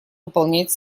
выполнять